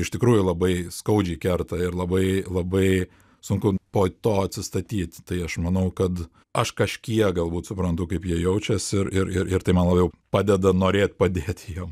iš tikrųjų labai skaudžiai kerta ir labai labai sunku po to atsistatyt tai aš manau kad aš kažkiek galbūt suprantu kaip jie jaučias ir ir ir tai man labiau padeda norėt padėt jiem